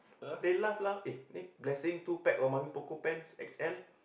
they laugh laugh eh blessing two pack of Mamy-Poko-pants X_L